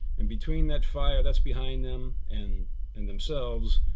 and between that fire that's behind them, and in themselves,